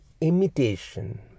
imitation